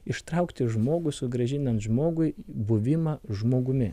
ištraukti žmogų sugrąžinant žmogui buvimą žmogumi